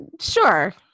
Sure